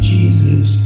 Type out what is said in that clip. Jesus